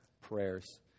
prayers